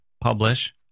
publish